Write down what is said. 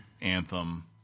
anthem